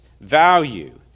value